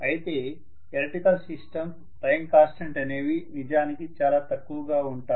అయితే electrical systems time constants అనేవి నిజానికి చాలా తక్కువగా ఉంటాయి